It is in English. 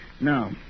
Now